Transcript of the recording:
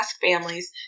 families